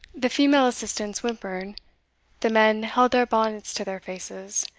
the female assistants whimpered, the men held their bonnets to their faces,